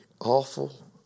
awful